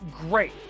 great